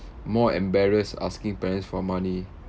more embarrassed asking parents for money